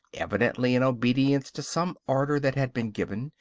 evidently in obedience to some order that had been given,